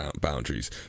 boundaries